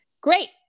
great